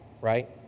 right